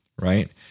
Right